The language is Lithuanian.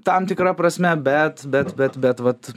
tam tikra prasme bet bet bet bet vat